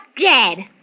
dead